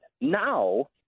now